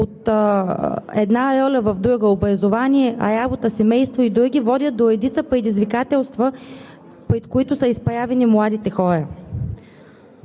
от една роля в друга – образование, работа, семейство и други, води до редица предизвикателства, пред които са изправени младите хора.